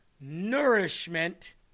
nourishment